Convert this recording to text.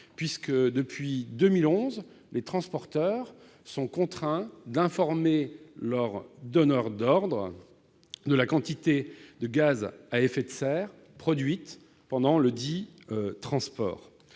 : depuis 2011, les transporteurs sont contraints d'informer leur donneur d'ordre de la quantité de gaz à effet de serre produite par le transport.